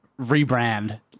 rebrand